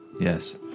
Yes